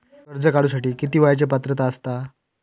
कर्ज काढूसाठी किती वयाची पात्रता असता?